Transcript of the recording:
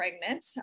pregnant